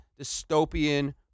dystopian